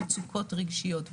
מצוקות רגשיות,